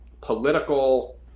political